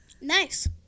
Nice